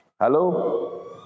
Hello